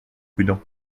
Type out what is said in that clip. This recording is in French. prudent